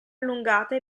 allungata